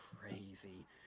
crazy